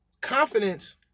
Confidence